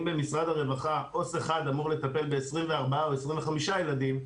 אם במשרד הרווחה עובד סוציאלי אחד אמור לטפל ב-24 או 25 ילדים,